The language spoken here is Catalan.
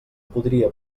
podria